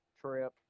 trip